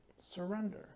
surrender